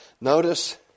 Notice